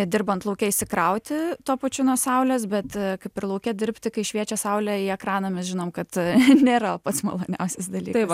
dirbant lauke įsikrauti tuo pačiu nuo saulės bet kaip ir lauke dirbti kai šviečia saulė į ekraną mes žinom kad nėra pats maloniausias dalykas